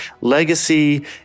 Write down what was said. legacy